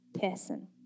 person